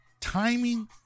timing